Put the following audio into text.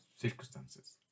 circumstances